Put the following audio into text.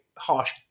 harsh